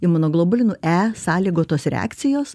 imunoglobulinų e sąlygotos reakcijos